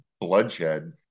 bloodshed